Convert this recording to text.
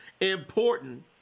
important